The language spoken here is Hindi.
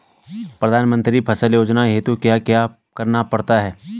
प्रधानमंत्री फसल योजना हेतु क्या क्या करना पड़ता है?